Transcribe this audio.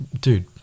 dude